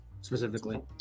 specifically